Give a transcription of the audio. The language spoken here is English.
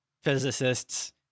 physicists